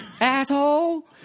asshole